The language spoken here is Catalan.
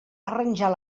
arranjar